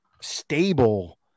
stable